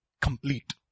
complete